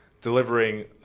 delivering